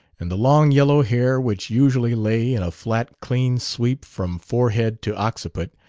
and the long yellow hair, which usually lay in a flat clean sweep from forehead to occiput,